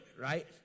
Right